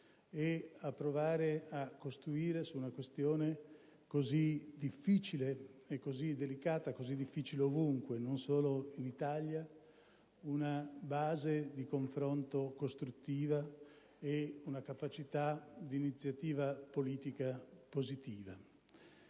e a tentare di costruire, su una questione così difficile e così delicata (così difficile ovunque, non solo in Italia), una base di confronto costruttivo e una capacità d'iniziativa politica positiva.